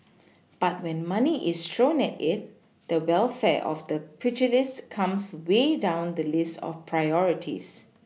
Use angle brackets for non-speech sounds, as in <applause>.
<noise> but when money is thrown at it the welfare of the pugilists comes way down the list of priorities